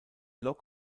lok